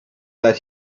would